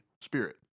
spirit